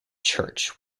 church